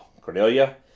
Cornelia